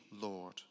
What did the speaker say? Lord